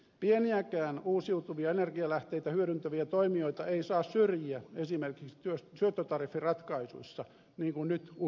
pieniäkään uusiutuvia energialähteitä hyödyntäviä toimijoita ei saa syrjiä esimerkiksi syöttötariffiratkaisuissa niin kuin nyt uhkaa tapahtua